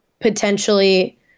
potentially